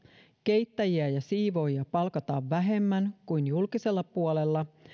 keittäjiä ja siivoojia palkataan vähemmän kuin julkisella puolella